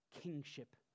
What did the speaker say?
kingship